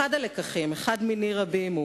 אחד הלקחים, אחד מני רבים,